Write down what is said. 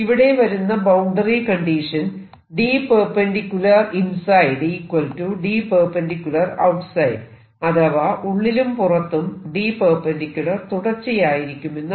ഇവിടെ വരുന്ന boundary condition D⟂inside D⟂outside അഥവാ ഉള്ളിലും പുറത്തും D⟂ തുടർച്ചയായിരിക്കുമെന്നാണ്